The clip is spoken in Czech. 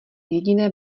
jediné